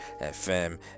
FM